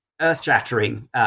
earth-shattering